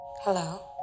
Hello